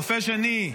רופא שני,